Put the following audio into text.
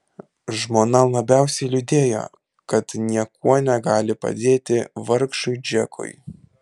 žmona labiausiai liūdėjo kad niekuo negali padėti vargšui džekui